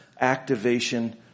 activation